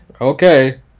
Okay